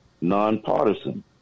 nonpartisan